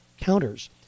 counters